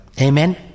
Amen